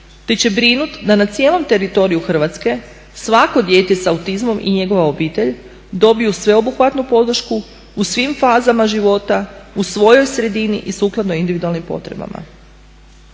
te će brinuti da na cijelom teritoriju Hrvatske svako dijete s autizmom i njegova obitelj dobiju sveobuhvatnu podršku u svim fazama života u svojoj sredini i sukladno individualnim potrebama.